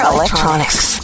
Electronics